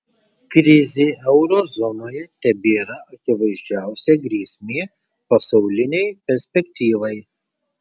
krizė euro zonoje tebėra akivaizdžiausia grėsmė pasaulinei perspektyvai